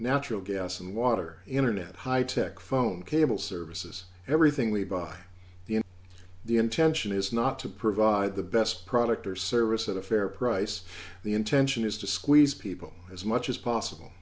natural gas and water internet high tech phone cable services everything we buy the the intention is not to provide the best product or service at a fair price the intention is to squeeze people as much as possible